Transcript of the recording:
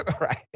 right